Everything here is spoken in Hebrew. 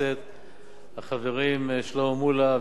החברים שלמה מולה וניצן הורוביץ, איפה ניצן?